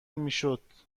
میشید